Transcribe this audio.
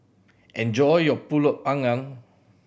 enjoy your Pulut Panggang